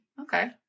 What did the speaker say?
Okay